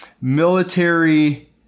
military